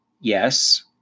Yes